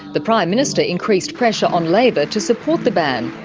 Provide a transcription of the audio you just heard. the prime minister increased pressure on labor to support the ban.